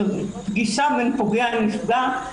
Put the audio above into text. זו פגישה בין פוגע לנפגע.